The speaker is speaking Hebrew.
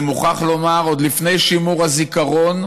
אני מוכרח לומר, עוד לפני שימור הזיכרון,